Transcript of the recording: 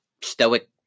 stoic